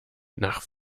nach